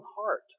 heart